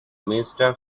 minister